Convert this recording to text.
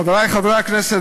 חברי חברי הכנסת,